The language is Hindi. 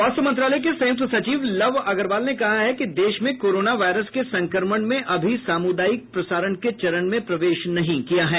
स्वास्थ्य मंत्रालय के संयुक्त सचिव लव अग्रवाल ने कहा है कि देश में कोरोना वायरस के संक्रमण में अभी सामुदायिक प्रसारण के चरण में प्रवेश नहीं किया है